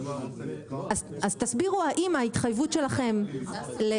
אז תסבירו האם ההתחייבות שלכם לא